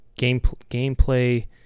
Gameplay